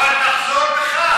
אבל תחזור בך,